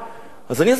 אז אני אסביר לכם.